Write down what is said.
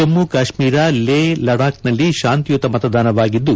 ಜಮ್ಮ ಕಾಶ್ಮೀರ ಲೇಹ್ ಲಡಾಬ್ನಲ್ಲಿ ಶಾಂತಿಯುತ ಮತದಾನವಾಗಿದ್ದು